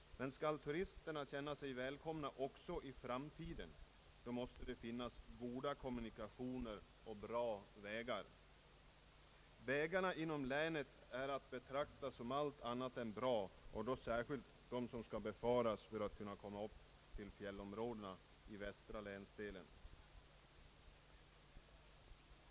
Men skall turisterna känna sig välkomna också i framtiden, då måste det finnas goda kommunikationer och bra vägar. Vägarna inom länet är att betrakta som allt annat än bra, särskilt de vägar som skall befaras för att folk skall kunna komma till fjällområdena i den västra och norra länsdelen.